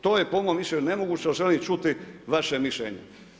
To je po mom mišljenju nemoguće želim čuti vaše mišljenje.